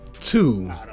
Two